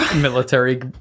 military